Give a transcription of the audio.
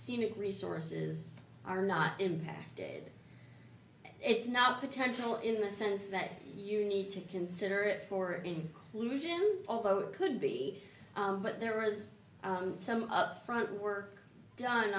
it resources are not impacted it's not potential in the sense that you need to consider it for inclusion although it could be but there was some up front work done